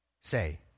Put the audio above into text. say